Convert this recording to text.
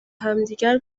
همدیگر